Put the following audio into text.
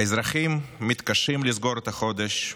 האזרחים מתקשים לסגור את החודש,